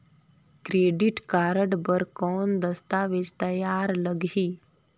Credit card बर कौन दस्तावेज तैयार लगही?